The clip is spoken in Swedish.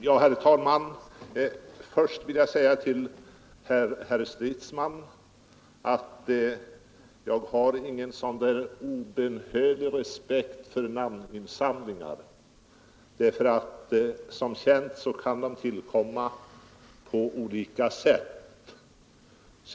Nr 145 Herr talman! Jag har, herr Stridsman, ingen absolut respekt för Fredagen den namninsamlingar — som bekant kan de tillkomma på olika sätt.